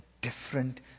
different